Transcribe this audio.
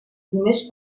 només